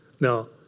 Now